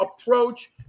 approach